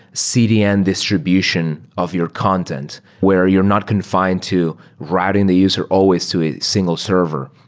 cdn distribution of your content where you're not confined to routing the user always to a single server.